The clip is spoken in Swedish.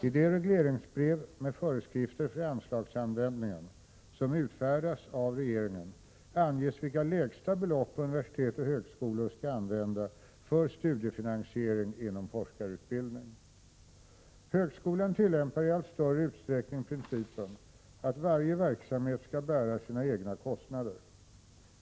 I de regleringsbrev med föreskrifter för anslagsanvändningen som utfärdas av regeringen anges vilka lägsta belopp universitet och högskolor skall använda för studiefinansiering inom forskarutbildning. Högskolan tillämpar i allt större utsträckning principen att varje verksamhet skall bära sina egna kostnader.